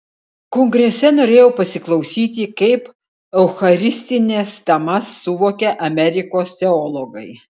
kongrese norėjau pasiklausyti kaip eucharistines temas suvokia amerikos teologai